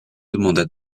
demanda